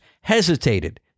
hesitated